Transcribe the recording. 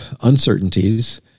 uncertainties